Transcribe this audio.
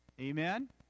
Amen